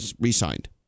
re-signed